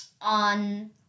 on